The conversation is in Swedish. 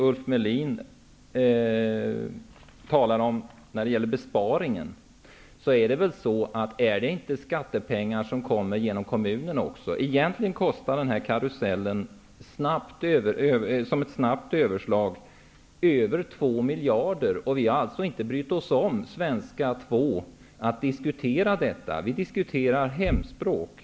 Ulf Melin talar om besparingen. Är det då inte fråga om skattepengar som kommer genom kommunen? Egentligen kostar den här karusellen över två miljarder, beräknat med ett snabbt överslag. Vi har inte brytt oss om att diskutera Svenska 2. Vi diskuterar hemspråk.